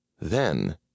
Then